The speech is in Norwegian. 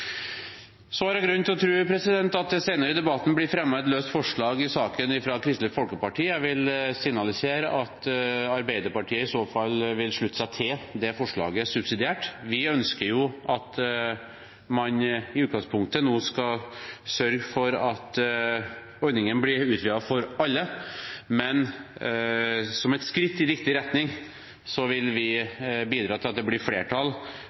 grunn til å tro at det senere i debatten blir fremmet et løst forslag i saken fra Kristelig Folkeparti. Jeg vil signalisere at Arbeiderpartiet i så fall vil slutte seg til det forslaget subsidiært. Vi ønsker i utgangspunktet at man skal sørge for at ordningen blir utvidet for alle, men som et skritt i riktig retning vil vi bidra til at det blir flertall